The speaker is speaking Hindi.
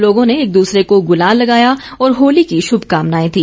लोगों ने एक दूसरे को गुलाल लगाया और होली की शुभकामनाएं दी